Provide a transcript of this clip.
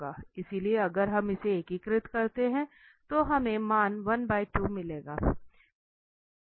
इसलिए अगर हम इसे एकीकृत करते हैं तो हमें मान 1 2 मिलेगा